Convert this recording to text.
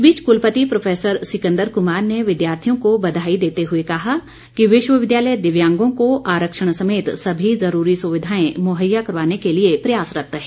इस बीच कुलपति प्रोफैसर सिकंदर कुमार ने विद्यार्थियों को बधाई देते हुए कहा कि विश्वविद्यालय दिव्यांगों को आरक्षण समेत सभी जरूरी सुविधाएं मुहैया करवाने के लिए प्रयासरत्त है